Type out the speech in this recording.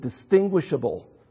distinguishable